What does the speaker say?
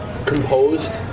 composed